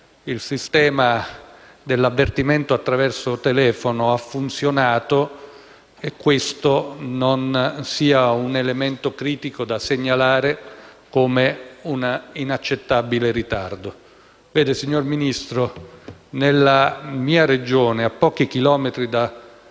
il sistema dell'avvertimento attraverso telefono ha funzionato, questo non sia un elemento critico da segnalare come un inaccettabile ritardo. Vede, signor Ministro, nella mia Regione, a pochi chilometri dal